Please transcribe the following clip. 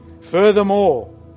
Furthermore